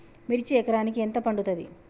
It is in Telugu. మిర్చి ఎకరానికి ఎంత పండుతది?